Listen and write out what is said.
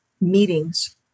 meetings